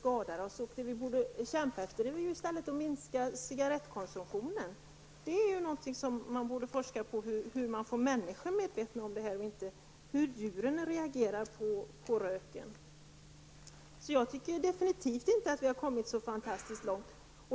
I stället borde man kämpa för att minska cigarettkonsumtionen. Det vore bättre om man forskade om hur man skulle få människor medvetna om riskerna och inte hur djuren reagerar på röken. Jag tycker definitivt inte att vi har kommit särskilt långt.